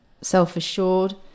self-assured